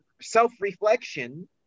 self-reflection